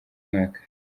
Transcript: mwaka